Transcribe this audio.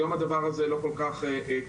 כי היום הדבר הזה לא כול כך קורה.